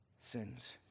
sins